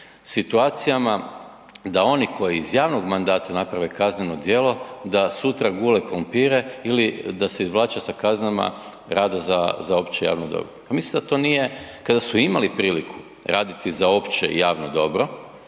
situacijama da oni koji iz javnog mandata naprave kazneno djelo da sutra gule krumpire ili da se izvlače sa kaznama rada za, za opće javno dobro, pa mislim da to nije, kada su imali priliku raditi za opće i javno dobro,